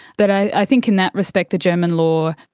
but i think in that respect the german law,